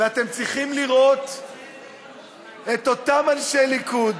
ואתם צריכים לראות את אותם אנשי ליכוד,